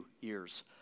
years